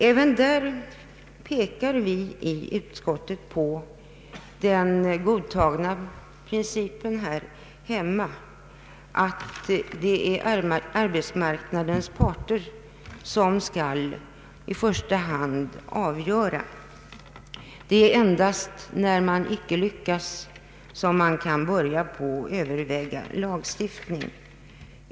även här åberopar vi i utskottet den godtagna principen att det är arbetsmarknadens parter som i första hand skall avgöra dessa frågor. Det är först när man icke lyckas därmed som lagstiftningsåtgärder bör övervägas.